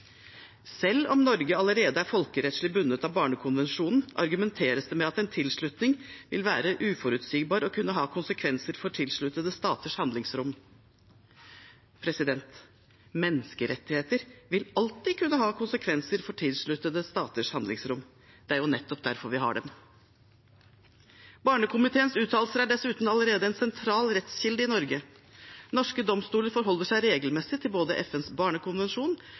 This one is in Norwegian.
Selv om Norge allerede er folkerettslig bundet av barnekonvensjonen, argumenteres det med at en tilslutning vil være uforutsigbar og kunne ha konsekvenser for tilsluttede staters handlingsrom. Menneskerettigheter vil alltid kunne ha konsekvenser for tilsluttede staters handlingsrom, det er nettopp derfor vi har dem. Barnekomiteens uttalelser er dessuten allerede en sentral rettskilde i Norge. Norske domstoler forholder seg regelmessig til både FNs barnekonvensjon